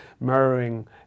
mirroring